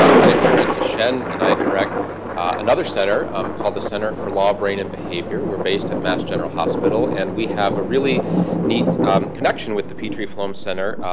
um my name is francis shen, and i direct another center um called the center for law, brain, and behavior. we're based at mass general hospital, and we have a really neat connection with the petrie-flom center,